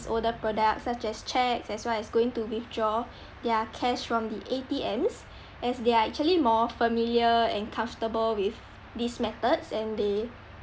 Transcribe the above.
older products such as cheques as well as going to withdraw their cash from the A_T_Ms as they are actually more familiar and comfortable with these methods and they